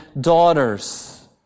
daughters